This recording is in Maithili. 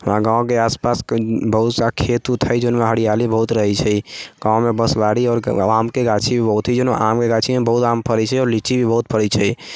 हमरा गाँवके आसपास बहुत सारा खेत उत हइ जौनमे हरियाली बहुत रहै छै गाँवमे बाँसबारि आओर आमके गाछीमे बहुत जौनमे आमके गाछीमे बहुत आम फरै छै आओर लीची भी बहुत फरै छै